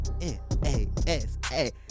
N-A-S-A